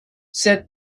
said